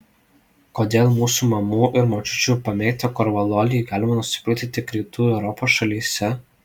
kodėl mūsų mamų ir močiučių pamėgtą korvalolį galima nusipirkti tik rytų europos šalyse